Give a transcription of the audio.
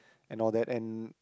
and all that and